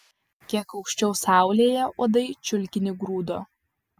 kiek aukščiau saulėje uodai čiulkinį grūdo